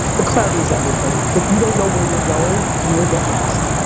the clarity is everything. if you don't know where you're going, you will get lost.